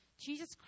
Jesus